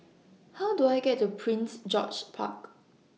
How Do I get to Prince George's Park